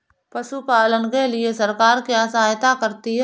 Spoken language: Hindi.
पशु पालन के लिए सरकार क्या सहायता करती है?